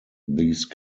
these